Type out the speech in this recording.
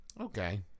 Okay